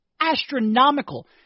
astronomical